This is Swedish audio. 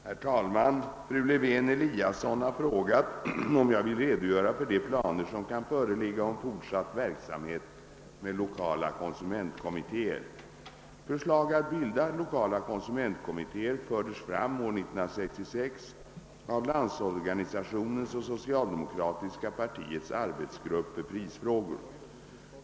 Herr talman! Fru Lewén-Eliasson har frågat, om jag vill redogöra för de planer som kan föreligga om fortsatt verksamhet med lokala konsumentkommittéer. Förslag att bilda lokala konsumentkommittéer fördes fram år 1966 av Landsorganisationens och socialdemokratiska partiets arbetsgrupp för prisfrågor.